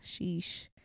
Sheesh